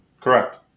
Correct